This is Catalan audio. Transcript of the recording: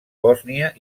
bòsnia